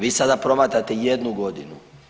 Vi sada promatrate jednu godinu.